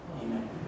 amen